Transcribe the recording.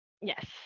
Yes